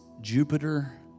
Jupiter